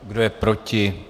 Kdo je proti?